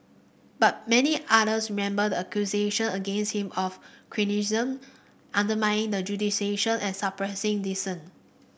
but many others remember the accusation against him of cronyism undermining the and suppressing dissent